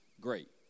Great